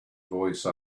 voice